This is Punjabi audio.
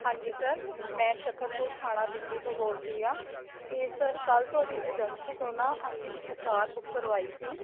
ਹਾਂਜੀ ਸਰ ਮੈਂ ਸ਼ਕਰਪੁਰ ਥਾਣਾ ਦਿੱਲੀ ਤੋਂ ਬੋਲ ਰਹੀ ਹਾਂ ਅਤੇ ਸਰ ਕੱਲ੍ਹ ਤੁਹਾਡੀ ਏਜੰਸੀ ਤੋਂ ਨਾ ਅਸੀਂ ਇੱਕ ਕਾਰ ਬੁੱਕ ਕਰਵਾਈ ਸੀ